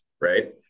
right